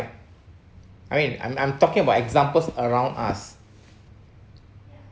I mean I'm I'm talking about examples around us